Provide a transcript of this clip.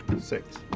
Six